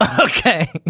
Okay